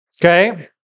okay